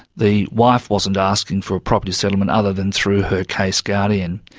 the wife wasn't asking for a property settlement other than through her case guardian.